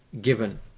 given